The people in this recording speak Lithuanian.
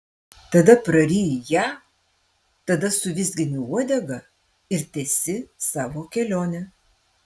tada praryji ją tada suvizgini uodega ir tęsi savo kelionę